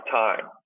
time